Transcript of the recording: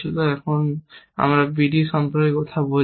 এবং এখন আমরা b d সম্পর্কে কথা বলছি